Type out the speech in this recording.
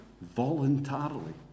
voluntarily